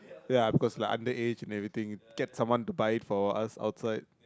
ya cause like underage and everything get someone to buy it for us outside